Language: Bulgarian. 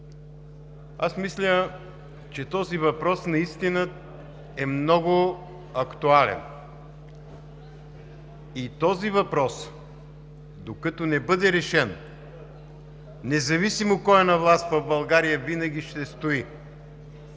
Аз мисля, че този въпрос наистина е много актуален и докато не бъде решен, независимо кой е на власт в България, винаги ще стои.